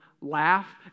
laugh